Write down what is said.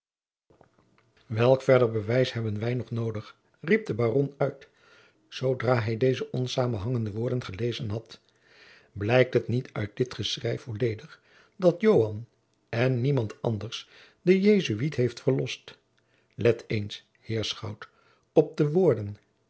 welk verder bewijs hebben wij nog noodig riep de baron uit zoodra hij deze onsamenhangende woorden gelezen had blijkt het niet uit dit geschrijf volledig dat joan en niemand anders den jesuit heeft verlost let eens heer schout op de woorden